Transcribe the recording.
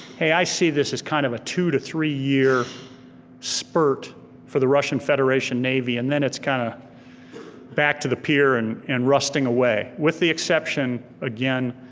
hey, i see this as kind of a two to three year spurt for the russian federation navy, and then it's kind of back to the pier and and rusting away, with the exception, again,